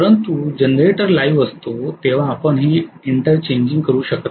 परंतु generator live असतो तेव्हा आपण हे इंटरचेंजिंग करू शकत नाही